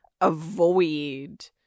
avoid